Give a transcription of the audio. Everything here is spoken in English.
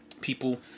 people